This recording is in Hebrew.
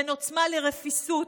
בין עוצמה לרפיסות,